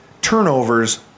turnovers